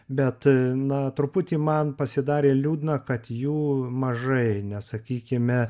bet na truputį man pasidarė liūdna kad jų mažai nes sakykime